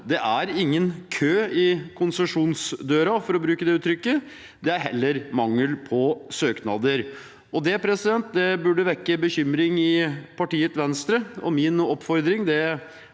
Det er ingen kø i konsesjonsdøren, for å bruke det uttrykket, det er heller mangel på søknader. Det burde vekke bekymring i partiet Venstre. Min oppfordring er